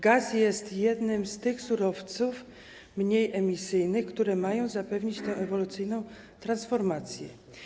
Gaz jest jednym z tych surowców mniej emisyjnych, które mają zapewnić ewolucyjną transformację.